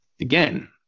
again